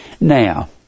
Now